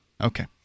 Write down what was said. Okay